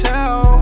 Tell